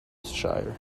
shire